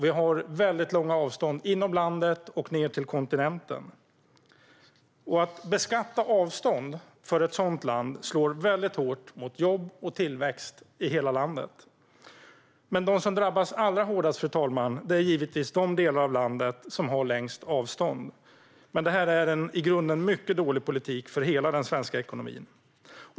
Vi har väldigt långa avstånd inom landet och ned till kontinenten. Att beskatta avstånd för ett sådant land slår väldigt hårt mot jobb och tillväxt i hela landet. De som drabbas allra hårdast, fru talman, är givetvis de delar av landet som har längst avstånd. Men det här är en i grunden mycket dålig politik för hela den svenska ekonomin.